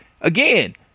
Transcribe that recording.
again